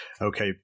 Okay